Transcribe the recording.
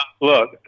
look